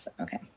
okay